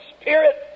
Spirit